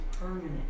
permanent